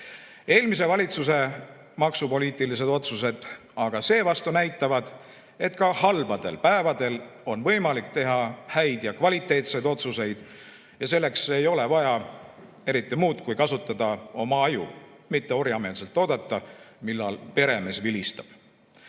Eelmise valitsuse maksupoliitilised otsused aga seevastu näitavad, et ka halbadel päevadel on võimalik teha häid ja kvaliteetseid otsuseid. Ja selleks ei ole vaja eriti muud kui kasutada oma aju, mitte orjameelselt oodata, millal peremees vilistab.